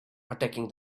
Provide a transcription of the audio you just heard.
attacking